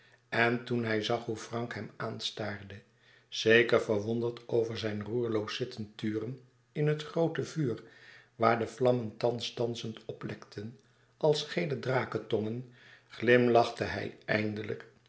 en toen hij zag hoe frank hem aanstaarde zeker verwonderd over zijn roerloos zitten turen in het groote vuur waar de vlammen thans dansend oplekten als gele drakentongen glimlachte hij eindelijk